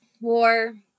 war